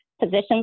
positions